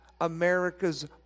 America's